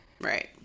right